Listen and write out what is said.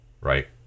right